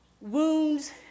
wounds